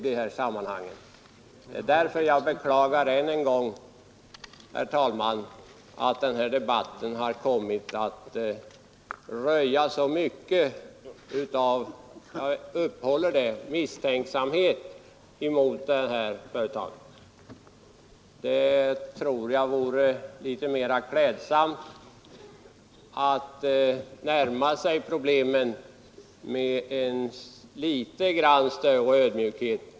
Därför beklagar jag än en gång, herr talman, att denna debatt kommit att röja så mycken misstänksamhet mot det här företaget. Det vore mera klädsamt att närma sig problemen med en något större ödmjukhet.